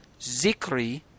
Zikri